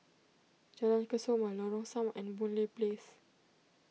Jalan Kesoma Lorong Samak and Boon Lay Place